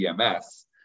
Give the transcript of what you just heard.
EMS